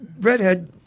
redhead